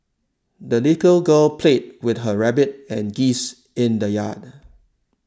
the little girl played with her rabbit and geese in the yard